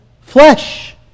flesh